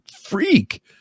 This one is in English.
freak